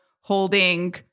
holding